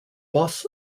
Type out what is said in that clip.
boss